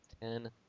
ten